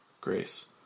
Grace